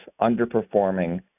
underperforming